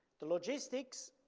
the logistics,